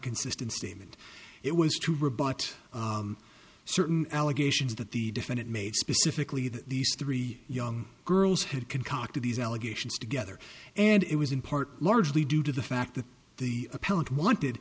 consistent statement it was to rebut certain allegations that the defendant made specifically that these three young girls had concocted these allegations together and it was in part largely due to the fact that the appellant wanted